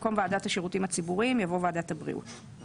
במקום "ועדת השירותים הציבוריים" יבוא "ועדת הבריאות".